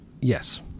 Yes